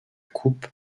coupe